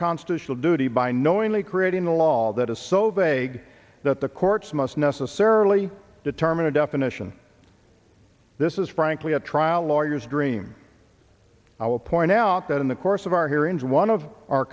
constitutional duty by knowingly creating a law that is so vague that the courts must necessarily determine a definition this is frankly a trial lawyer's dream i will point out that in the course of our hearings one of our